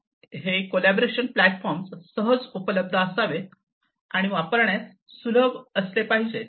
हे collaboration platforms सहज उपलब्ध असावेत आणि हे वापरण्यास सुलभ असले पाहिजे